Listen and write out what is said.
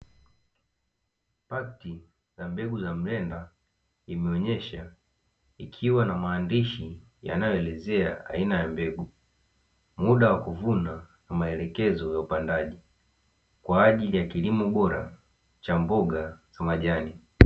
Pakiti za mbegu za mlenda imeonyeshwa ikiwa na maandishi yanayoelezea aina ya mbegu, muda wa kuvuna na maelekezo ya upandaji kwa ajili ya kilimo bora cha mboga za majani.